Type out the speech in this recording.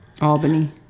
Albany